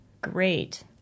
great